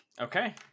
Okay